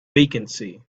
vacancy